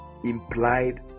implied